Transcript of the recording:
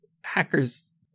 hacker's